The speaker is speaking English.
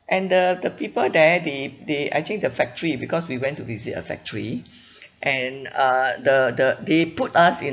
and the the people there they they actually the factory because we went to visit a factory and uh the the they put us in